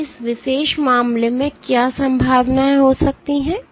तो इस विशेष मामले में क्या संभावनाएं हो सकती हैं